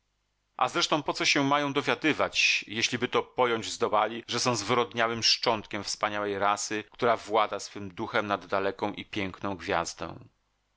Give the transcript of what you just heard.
a zresztą po co się mają dowiadywać jeśliby to pojąć zdołali że są zwyrodniałym szczątkiem wspaniałej rasy która włada swym duchem nad daleką i piękną gwiazdą